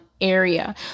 area